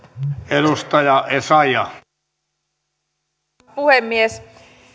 arvoisa puhemies